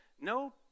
no